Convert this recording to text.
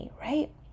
right